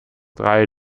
drei